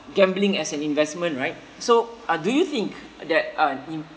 gambling as an investment right so uh do you think that uh